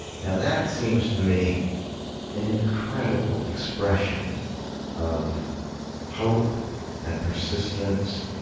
now that seems to me an incredible expression of hope and persistence.